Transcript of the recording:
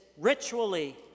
ritually